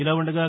ఇలా ఉండగా